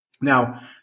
Now